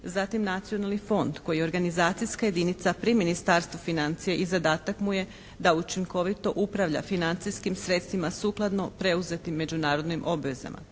Zatim Nacionalni fond koji je organizacijska jedinica pri Ministarstvu financija i zadatak mu je da učinkovito upravlja financijskim sredstvima sukladno preuzetim međunarodnim obvezama.